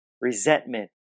resentment